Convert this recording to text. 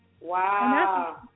Wow